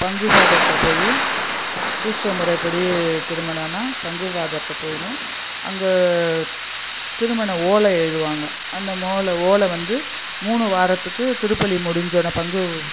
பங்கு ஃபாதர்கிட்ட போய் கிறிஸ்துவ முறைப்படி திருமணம்னா பங்கு ஃபாதர்கிட்ட போகணும் அங்கே திருமண ஓலை எழுதுவாங்க அந்த மோல ஓலை வந்து மூணு வாரத்துக்கு திருப்பள்ளி முடிஞ்சோடன பங்கு